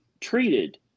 treated